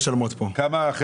כמה משלמות העיריות?